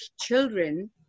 children